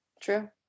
True